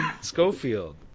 Schofield